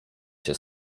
się